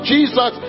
Jesus